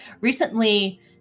recently